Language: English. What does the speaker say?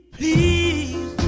please